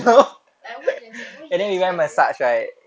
like what does what he expects eh